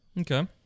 Okay